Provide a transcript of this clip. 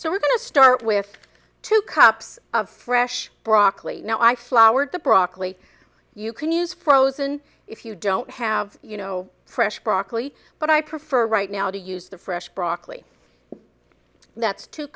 so we're going to start with two cups of fresh broccoli now i floured the broccoli you can use frozen if you don't have you know fresh broccoli but i prefer right now to use the fresh broccoli that's two